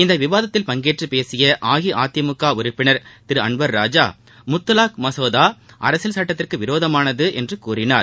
இந்த விவாதத்தில் பங்கேற்று பேசிய அஇஅதிமுக உறுப்பினர் திரு அன்வர் ராஜா முத்தலாக் மசோதா அரசியல் சட்டத்திற்கு விரோதமானது என்றார்